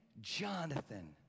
Jonathan